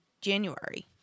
January